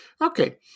Okay